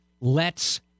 lets